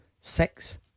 Six